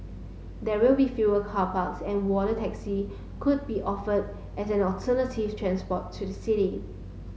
there will be fewer car parks and water taxi could be offered as an alternative transport to the city